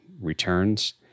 returns